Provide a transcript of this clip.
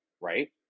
right